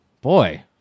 Boy